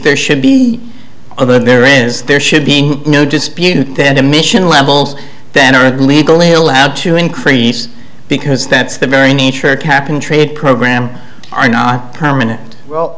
there should be other there is there should be no dispute then emission levels then are legally allowed to increase because that's the very nature cap and trade program are not permanent well